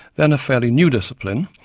then a fairly new discipline,